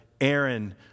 Aaron